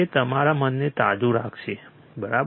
તે તમારા મનને તાજું રાખશે બરાબર